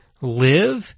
live